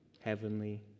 heavenly